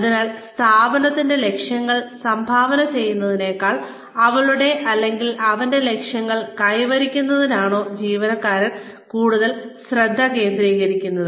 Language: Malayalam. അതിനാൽ സ്ഥാപനത്തിന്റെ ലക്ഷ്യങ്ങളിൽ സംഭാവന ചെയ്യുന്നതിനേക്കാൾ അവളുടെ അല്ലെങ്കിൽ അവന്റെ ലക്ഷ്യങ്ങൾ കൈവരിക്കുന്നതിലാണോ ജീവനക്കാരൻ കൂടുതൽ ശ്രദ്ധ കേന്ദ്രീകരിക്കുന്നത്